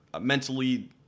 Mentally